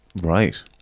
Right